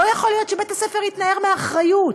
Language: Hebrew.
לא יכול להיות שבית-הספר יתנער מאחריות.